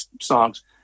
songs